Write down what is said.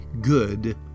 good